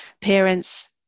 parents